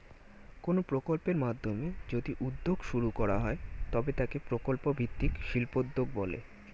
কোনো প্রকল্পের মাধ্যমে যদি উদ্যোগ শুরু করা হয় তবে তাকে প্রকল্প ভিত্তিক শিল্পোদ্যোগ বলে